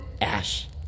Ash